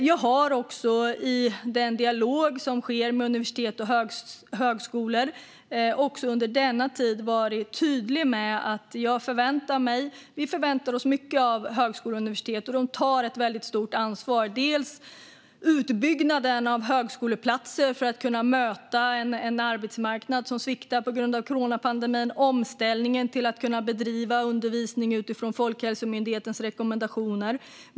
Jag har också i den dialog som sker med universitet och högskolor under denna tid varit tydlig med att jag förväntar mig - och att vi förväntar oss - mycket av högskolor och universitet. De tar också ett väldigt stort ansvar, till exempel när det gäller utbyggnaden av högskoleplatser för att möta en arbetsmarknad som sviktar på grund av coronapandemin och när det gäller omställningen till att kunna bedriva undervisning utifrån Folkhälsomyndighetens rekommendationer.